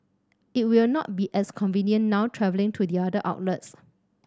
it will not be as convenient now travelling to the other outlets